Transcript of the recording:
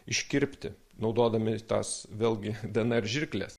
iškirpti naudodami tas vėlgi dnr žirkles